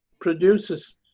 produces